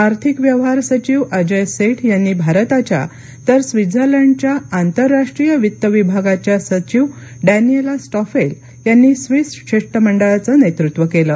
आर्थिक व्यवहार सचिव अजय सेठ यांनी भारताच्या तर स्वित्झर्लंडच्या आंतरराष्ट्रीय वित्त विभागाच्या सचिव डॅनियेला स्टॉफेल यांनी स्विस शिष्टमंडळाचं नेतृत्व केलं